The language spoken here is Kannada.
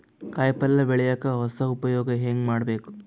ಕಾಯಿ ಪಲ್ಯ ಬೆಳಿಯಕ ಹೊಸ ಉಪಯೊಗ ಹೆಂಗ ಮಾಡಬೇಕು?